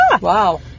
Wow